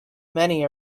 many